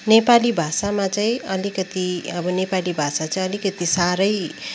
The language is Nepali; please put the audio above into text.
नेपाली भाषामा चाहिँ अलिकति अब नेपाली भाषा चाहिँ अलिकति साह्रै